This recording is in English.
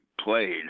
played